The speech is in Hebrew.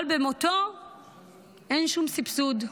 אבל במותו אין שום סבסוד?